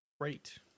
Great